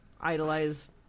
idolize